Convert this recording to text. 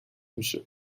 میشه